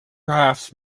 rafts